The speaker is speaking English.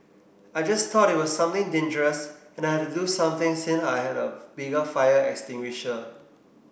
I just thought it was something dangerous and I had to do something since I had a bigger fire extinguisher